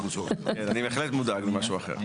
אני בהחלט מודאג ממשהו אחר.